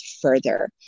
further